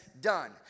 done